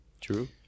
True